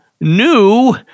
new